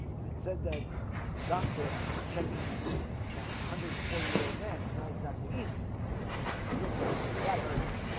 and it said that the doctor was checking him checking one hundred four year old man is not exactly easy maybe this hurts maybe that hurts